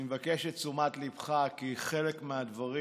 אני מבקש את תשומת ליבך, כי חלק מהדברים